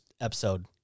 episode